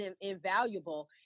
invaluable